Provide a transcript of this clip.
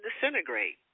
disintegrate